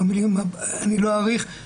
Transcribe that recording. ואני לא אאריך.